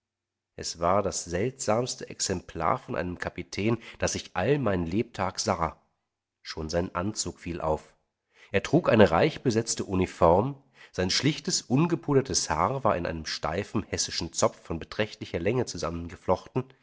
es war das seltsamste exemplar von einem kapitän das ich all mein lebtag sah schon sein anzug fiel auf er trug eine reichbesetzte uniform sein schlichtes ungepudertes haar war in einen steifen hessischen zopf von beträchtlicher länge